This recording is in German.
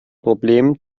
problem